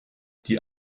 die